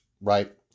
right